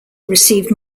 received